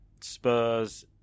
Spurs